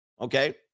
Okay